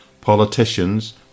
Politicians